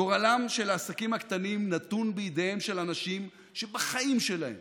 גורלם של העסקים הקטנים נתון בידיהם של אנשים שבחיים שלהם